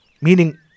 Meaning